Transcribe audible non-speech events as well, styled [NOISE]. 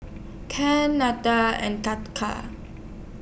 [UNINTELLIGIBLE] and [UNINTELLIGIBLE]